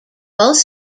both